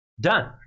done